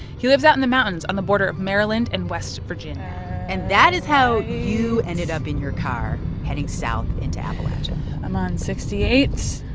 he lives out in the mountains on the border of maryland and west virginia and that is how you ended up in your car heading south into appalachia i'm on sixty eight,